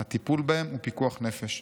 'הטיפול בהם הוא פיקוח נפש',